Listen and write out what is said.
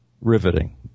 riveting